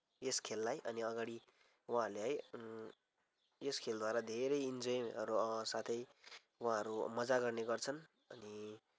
यस खेललाई अनि अगाडि उहाँहरूले है यस खेलद्वारा धेरै इन्जोयहरू साथै उहाँहरू मजा गर्ने गर्छन् अनि